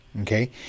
okay